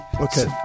Okay